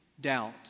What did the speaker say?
doubt